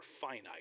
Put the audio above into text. finite